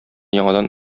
яңадан